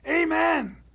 Amen